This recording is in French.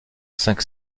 cinq